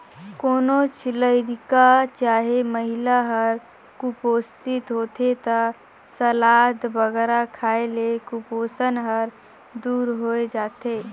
कोनोच लरिका चहे महिला हर कुपोसित होथे ता सलाद बगरा खाए ले कुपोसन हर दूर होए जाथे